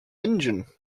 engine